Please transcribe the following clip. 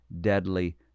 deadly